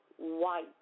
white